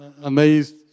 amazed